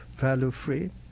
value-free